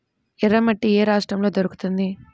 ఎర్రమట్టి ఏ రాష్ట్రంలో దొరుకుతుంది?